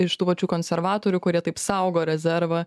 iš tų pačių konservatorių kurie taip saugo rezervą